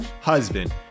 husband